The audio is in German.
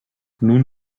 nun